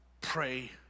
pray